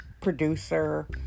producer